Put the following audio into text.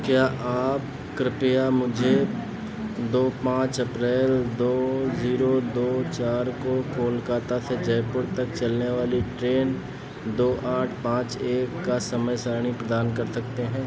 क्या आप कृपया मुझे दो पाँच अप्रैल दो जीरो दो चार को कोलकाता से जयपुर तक चलने वाली ट्रेन दो आठ पाँच एक का समय सारणी प्रदान कर सकते हैं